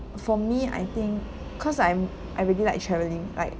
for me I think cause I'm I really like travelling like